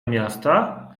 miasta